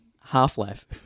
Half-Life